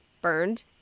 burned